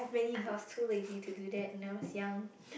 I was too lazy to do that when I was young